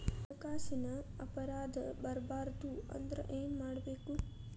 ಹಣ್ಕಾಸಿನ್ ಅಪರಾಧಾ ಆಗ್ಬಾರ್ದು ಅಂದ್ರ ಏನ್ ಮಾಡ್ಬಕು?